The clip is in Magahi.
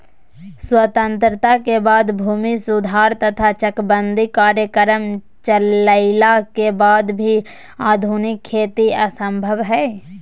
स्वतंत्रता के बाद भूमि सुधार तथा चकबंदी कार्यक्रम चलइला के वाद भी आधुनिक खेती असंभव हई